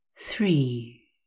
three